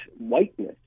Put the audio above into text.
whiteness